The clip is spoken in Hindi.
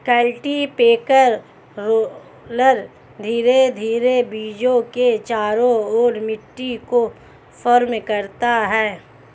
कल्टीपैकेर रोलर धीरे धीरे बीजों के चारों ओर मिट्टी को फर्म करता है